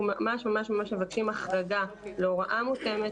אנחנו ממש ממש מבקשים החרגה להוראה מותאמת